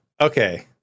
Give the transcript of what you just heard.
Okay